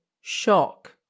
Shock